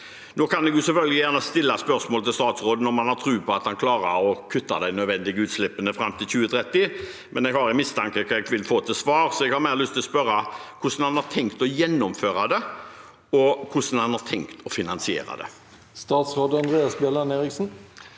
Nå kan jeg selvfølgelig gjerne stille spørsmål til statsråden om han har tro på at han klarer å kutte de nødvendige utslippene fram til 2030, men jeg har mistanke om hva jeg vil få til svar, så jeg har mer lyst å spørre hvordan han har tenkt å gjennomføre det, og hvordan han har tenkt å finansiere det. Statsråd Andreas Bjelland Eriksen